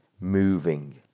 moving